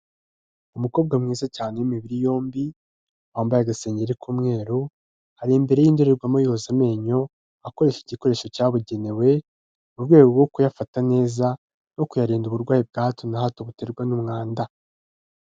Umukobwa mwiza cyane w'imibiri yombi, wambaye agasengeri k'umweru, hari imbere y'indorerwamo yoza amenyo akoresha igikoresho cyabugenewe, mu rwego rwo kuyafata neza no kuyarinda uburwayi bwa hato na hato buterwa n'umwanda.